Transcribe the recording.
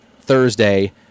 thursday